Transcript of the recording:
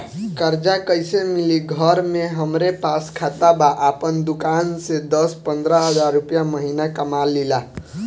कर्जा कैसे मिली घर में हमरे पास खाता बा आपन दुकानसे दस पंद्रह हज़ार रुपया महीना कमा लीला?